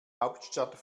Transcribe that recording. hauptstadt